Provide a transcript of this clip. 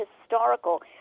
historical